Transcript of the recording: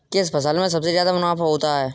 किस फसल में सबसे जादा मुनाफा होता है?